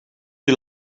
you